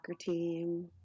team